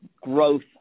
growth